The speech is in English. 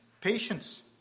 patience